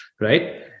right